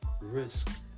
risk